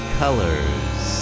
colors